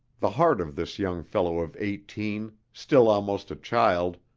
the heart of this young fellow of eighteen, still almost a child,